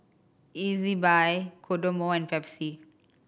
Ezbuy Kodomo and Pepsi